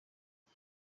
ubu